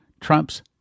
Trump's